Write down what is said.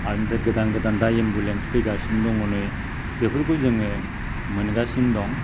आरो ओमफ्राय गोदान गोदान दा एम्बुलेन्स फैगासिनो दङनो बेफोरखौ जोङो मोनगासिनो दं